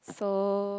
so